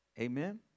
Amen